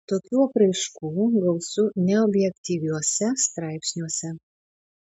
tokių apraiškų gausu neobjektyviuose straipsniuose